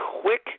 quick